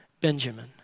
Benjamin